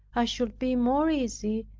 i should be more easy,